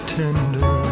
tender